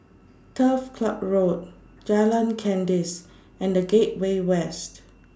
Turf Ciub Road Jalan Kandis and The Gateway West